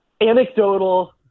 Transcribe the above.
Anecdotal